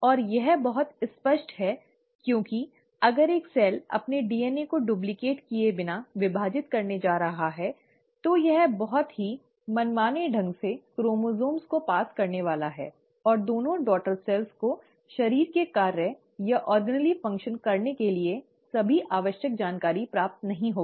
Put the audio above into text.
और यह बहुत स्पष्ट है क्योंकि अगर एक सेल अपने डीएनए को डुप्लिकेट किए बिना विभाजित करने जा रहा है तो यह बहुत ही मनमाने ढंग से क्रोमोसोम को पास करने वाला है और दोनों बेटी कोशिकाओं को शरीर के कार्य या ऑर्गनेल फंक्शन करने के लिए सभी आवश्यक जानकारी प्राप्त नहीं होगी